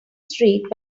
street